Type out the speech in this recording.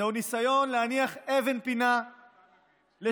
זהו ניסיון להניח אבן פינה לשגרירות